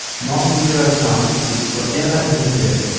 modern neuroscience is forever in his debt.